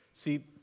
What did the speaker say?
See